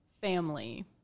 family